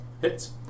Hits